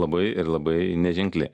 labai ir labai neženkli